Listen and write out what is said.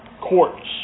Courts